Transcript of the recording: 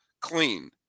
clean